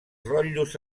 rotllos